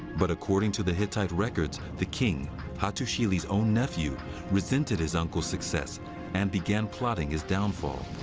but according to the hittite records, the king hattusili's own nephew resented his uncle's success and began plotting his downfall.